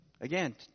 Again